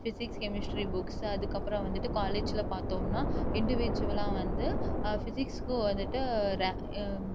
physics chemistry books அதுக்கு அப்புறோம் வந்துகிட்டு காலேஜ்யில் பார்த்தம்னா இண்டிவிஜுவலாக வந்து பிசிக்ஸ் வந்துகிட்டு